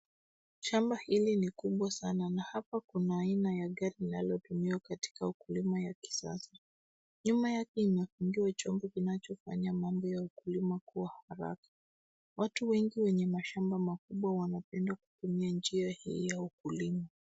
Shamba hili ni kubwa sana na hapa kuna aina ya gari linalotumiwa katika ukulima ya kisasa. Nyuma yake inafungiwa chombo kinachofanya mambo ya ukulima kuwa haraka. Watu wengi wenye mashamba makubwa wanapenda kutumia njia hii ya ukulima.